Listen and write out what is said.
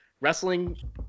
wrestling